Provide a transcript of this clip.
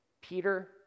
Peter